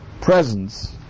presence